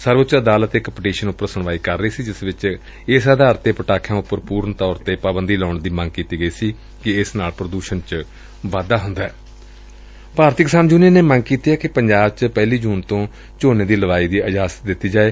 ਸਰਵਉੱਚ ਅਦਾਲਤ ਇਕ ਪਟੀਸ਼ਨ ਉਪਰ ਸੁਣਵਾਈ ਕਰ ਰਹੀ ਸੀ ਜਿਸ ਵਿਚ ਇਸ ਆਧਾਰ ਤੇ ਪਟਾਕਿਆਂ ਉਪਰ ਪੂਰਨ ਤੌਰ ਤੇ ਪਾਬੰਦੀ ਲਾਉਣ ਦੀ ਮੰਗ ਕੀਤੀ ਗਈ ਸੀ ਕਿ ਇਸ ਨਾਲ ਪ੍ਰਦੂਸ਼ਣ ਚ ਵਾਧਾ ਹੁੰਦੈ ਭਾਰਤੀ ਕਿਸਾਨ ਯੂਨੀਅਨ ਨੇ ਮੰਗ ਕੀਤੀ ਗਈ ਕਿ ਪੰਜਾਬ ਵਿਚ ਪਹਿਲੀ ਜੂਨ ਤੋਂ ਝੋਨੇ ਦੀ ਲਵਾਈ ਦੀ ਆਗਿਆ ਦਿੱਤੀ ਜਾਵੇ